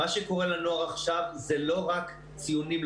מה שקורה לנוער עכשיו זה לא רק ציונים,